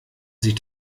sich